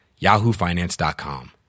yahoofinance.com